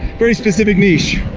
pretty specific niche.